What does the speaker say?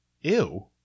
ew